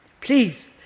Please